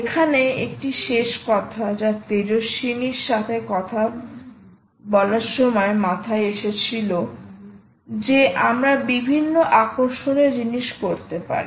এখানে একটি শেষ কথা যা তেজস্বিনীর সাথে কথা কথা বলার সময় মাথায় এসেছিলো যে আমরা বিভিন্ন আকর্ষণীয় জিনিস করতে পারি